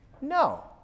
No